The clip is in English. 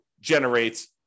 generate